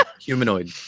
humanoid